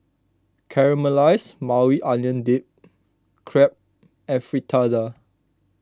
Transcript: Caramelized Maui Onion Dip Crepe and Fritada